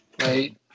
right